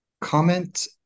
comment